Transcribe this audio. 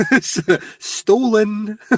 stolen